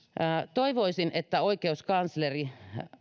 toivoisin että oikeuskansleri